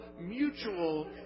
mutual